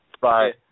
Bye